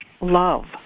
love